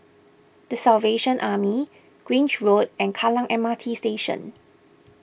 the Salvation Army Grange Road and Kallang M R T Station